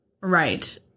Right